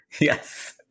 Yes